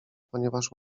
ponieważ